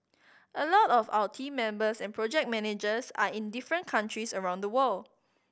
a lot of our team members and project managers are in different countries around the world